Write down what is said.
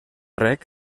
reg